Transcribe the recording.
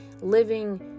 living